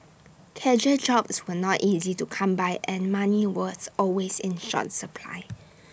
casual jobs were not easy to come by and money was always in short supply